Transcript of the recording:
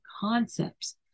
concepts